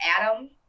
Adam